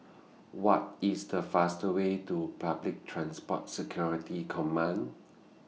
What IS The faster Way to Public Transport Security Command